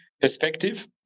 perspective